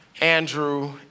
Andrew